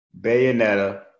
Bayonetta